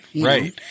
Right